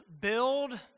build